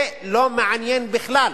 זה לא מעניין בכלל